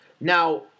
Now